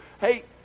Hey